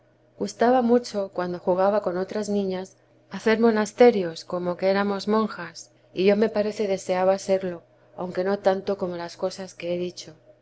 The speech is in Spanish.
gustaba mucho cuando jugaba con otras niñas hacer monasterios como que éramos monjas y yo me parece deseaba serlo aunque no tanto como las cosas que he dicho